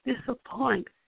disappoint